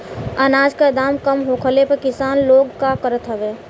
अनाज क दाम कम होखले पर किसान लोग का करत हवे?